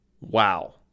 Wow